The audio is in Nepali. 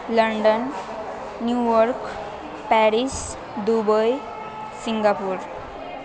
London New York Paris Dubai Singapore